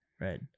Right